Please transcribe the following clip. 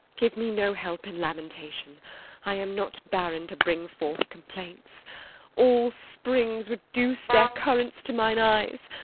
give me no help in lamentation i am not barren to bring forth complaints all springs reduce their currents to mine eyes,